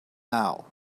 now